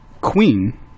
queen